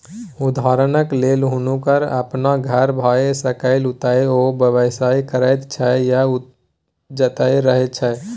उदहारणक लेल हुनकर अपन घर भए सकैए जतय ओ व्यवसाय करैत छै या जतय रहय छै